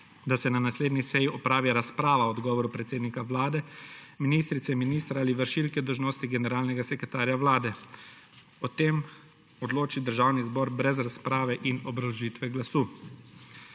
da se na naslednji seji opravi razprava o odgovoru predsednika Vlade, ministrice in ministra ali vršilke dolžnosti generalnega sekretarja Vlade. O tem odloči Državni zbor brez razprave in obrazložitve glasu.